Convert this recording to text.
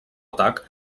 atac